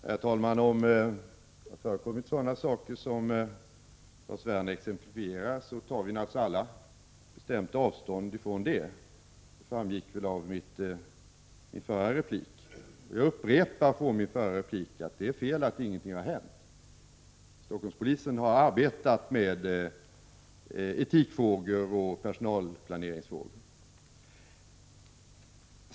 Herr talman! Om det har förekommit sådana saker som Lars Werner exemplifierar, tar vi naturligtvis alla bestämt avstånd från det. Det framgick väl av min förra replik. Jag upprepar från min förra replik att det är fel att säga att ingenting har hänt. Stockholmspolisen har arbetat med etikfrågor och personalplaneringsfrågor.